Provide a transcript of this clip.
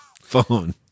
phone